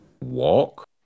Walk